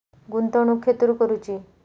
गुंतवणुक खेतुर करूची?